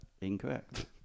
Incorrect